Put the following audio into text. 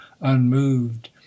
unmoved